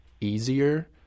easier